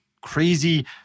crazy